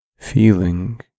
Feeling